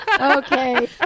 Okay